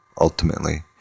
ultimately